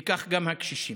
וכך גם הקשישים.